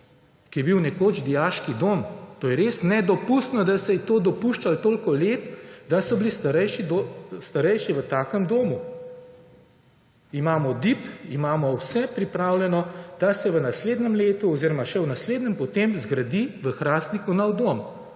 ki je bil nekoč dijaški dom. To je res nedopustno, da se je to dopuščalo, toliko let, da so bili starejši v takem domu. Imamo DIP, imamo vse pripravljeno, da se v naslednjem letu oziroma še v naslednjem potem zgradi v Hrastniku nov dom.